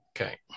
Okay